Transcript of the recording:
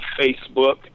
Facebook